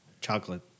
Chocolate